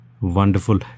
Wonderful